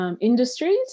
industries